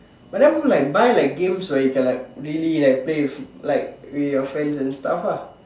but then like buy like games where you can like really like play with like with your friends and stuff ah